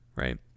Right